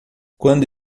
quando